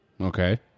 Okay